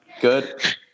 good